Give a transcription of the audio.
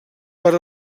per